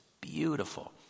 beautiful